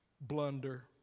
blunder